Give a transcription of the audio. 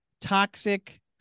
toxic